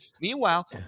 Meanwhile